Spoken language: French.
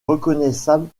reconnaissable